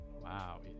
wow